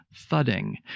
thudding